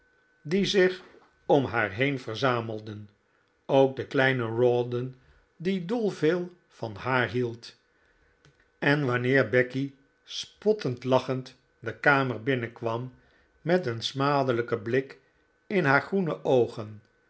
die zich om haar heen verzamelden ook de kleine rawdon die dol veel van haar hield en wanneer becky spottend lachend de kamer binnenkwam met een smadelijken blik in haar groene oogen